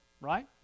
right